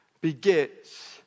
begets